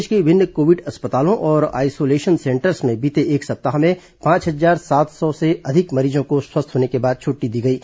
प्रदेश के विभिन्न कोविड अस्पतालों और आइसोलेशन सेंटर्स से बीते एक सप्ताह में पांच हजार सात सौ से अधिक मरीजों को स्वस्थ होने के बाद छुट्टी दी गई है